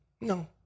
No